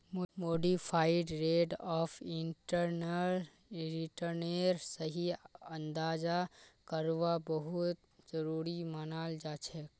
modified rate of internal रिटर्नेर सही अंदाजा करवा बहुत जरूरी मनाल जाछेक